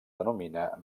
denomina